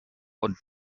und